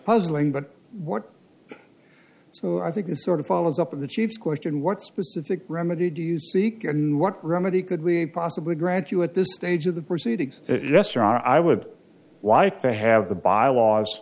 puzzling but what so i think is sort of follows up on the chief question what specific remedy do you seek and what remedy could we possibly grant you at this stage of the proceedings restaurant i would like to have the bylaws